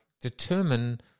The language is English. determine